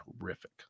terrific